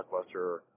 blockbuster